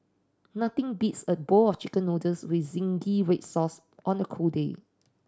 nothing beats a bowl of Chicken Noodles with zingy red sauce on a cold day